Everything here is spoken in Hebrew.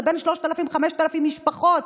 זה בין 3,000 ל-5,000 משפחות.